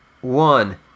one